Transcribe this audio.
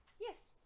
Yes